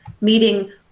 meeting